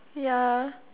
ya